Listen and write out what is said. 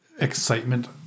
excitement